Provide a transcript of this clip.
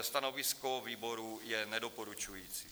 Stanovisko výboru je nedoporučující.